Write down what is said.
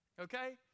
okay